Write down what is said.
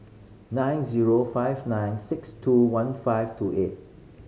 nine zero five nine six two one five two eight